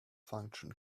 function